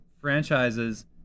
franchises